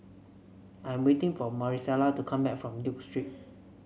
I'm waiting for Marisela to come back from Duke Street